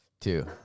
Two